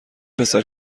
پسر